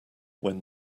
when